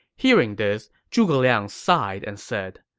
hearing this, zhuge liang sighed and said,